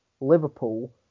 Liverpool